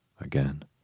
again